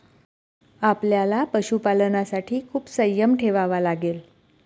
आपल्याला पशुपालनासाठी खूप संयम ठेवावा लागेल